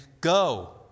Go